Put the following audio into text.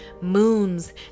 moons